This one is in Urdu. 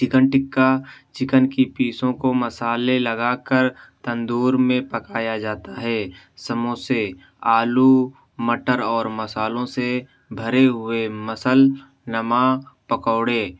چکن ٹکّا چکن کی پیسوں کو مصالحے لگا کر تندور میں پکایا جاتا ہے سموسے آلو مٹر اور مصالحوں سے بھرے ہوئے مسل نما پکوڑے